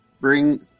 Bring